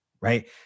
right